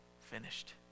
finished